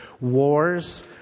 Wars